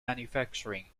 manufacturing